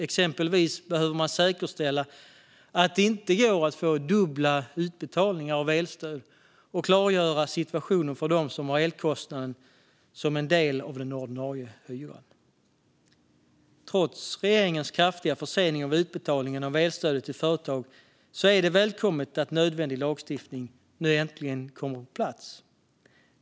Exempelvis behöver man säkerställa att det inte går att få dubbla utbetalningar av elstöd. Man behöver också klargöra situationen för dem som har elkostnaden som en del av den ordinarie hyran. Trots regeringens kraftiga försening av utbetalningen av elstödet till företagen är det välkommet att nödvändig lagstiftning nu äntligen kommer på plats.